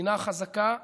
מדינה חזקה ועוצמתית,